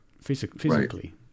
physically